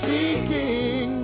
Seeking